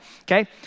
okay